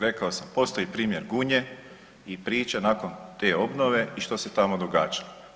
Rekao sam, postoji primjer Gunje i priča nakon te obnove i što se tamo događalo.